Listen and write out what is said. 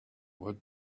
would